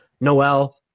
Noel